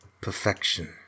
Perfection